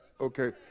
Okay